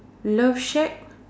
love shack